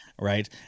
Right